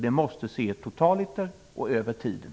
Det måste man se totaliter över tiden.